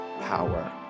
power